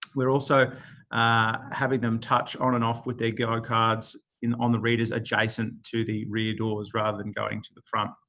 we're also having them touch on and off with their go cards on the readers adjacent to the rear doors, rather than going to the front.